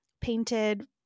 painted